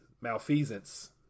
malfeasance